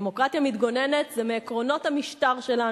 דמוקרטיה מתגוננת זה מעקרונות המשטר שלנו,